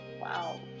wow